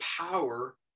power